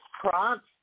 prompts